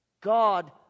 God